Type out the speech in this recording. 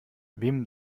wem